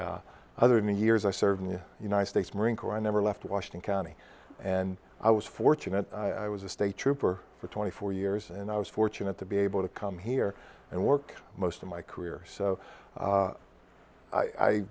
here other than the years i served in the united states marine corps i never left washington county and i was fortunate i was a state trooper for twenty four years and i was fortunate to be able to come here and work most of my career so